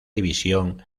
división